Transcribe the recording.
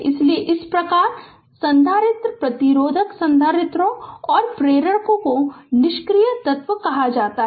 इसलिए इस प्रकार संधारित्र प्रतिरोधक संधारित्रों और प्रेरकों को निष्क्रिय तत्व कहा जाता है